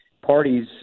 parties